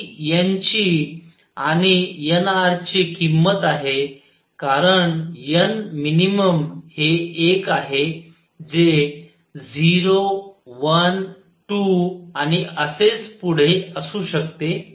ती n ची आणि nr चे किंमत आहे कारण n मिनिमम हे एक आहे जे 0 1 2 आणि असेच पुढे असू शकते